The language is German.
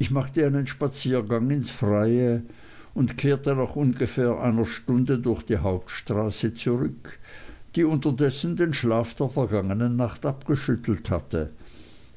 ich machte einen spaziergang ins freie und kehrte nach ungefähr einer stunde durch die hauptstraße zurück die unterdessen den schlaf der vergangenen nacht abgeschüttelt hatte